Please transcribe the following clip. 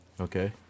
Okay